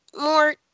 more